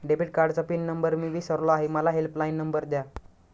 debit कार्डचा pin number मी विसरलो आहे मला हेल्पलाइन नंबर द्या